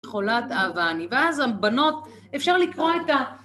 חולת אהבה אני, ואז הבנות, אפשר לקרוא את ה...